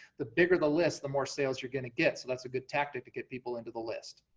the bigger the list, the more sales you're gonna get. so that's a good tactic to get people into the list.